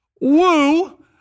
Woo